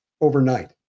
overnight